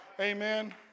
Amen